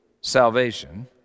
salvation